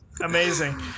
Amazing